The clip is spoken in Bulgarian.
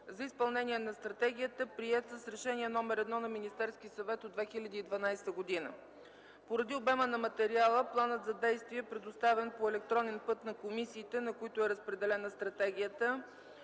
за изпълнение на стратегията, приета с Решение № 1 на Министерския съвет от 2012 г. Поради обема на материала планът за действие е предоставен по електронен път на комисиите, на които е разпределена стратегията,